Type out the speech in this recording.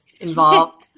involved